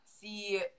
see